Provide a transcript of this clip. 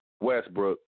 Westbrook